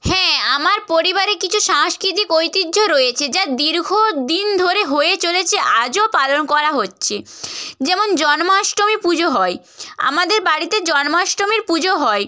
হ্যাঁ আমার পরিবারে কিছু সাংস্কৃতিক ঐতিহ্য রয়েছে যা দীর্ঘদিন ধরে হয়ে চলেছে আজও পালন করা হচ্ছে যেমন জন্মাষ্টমী পুজো হয় আমাদের বাড়িতে জন্মাষ্টমীর পুজো হয়